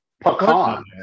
Pecan